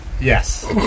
Yes